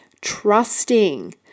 trusting